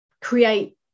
create